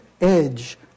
edge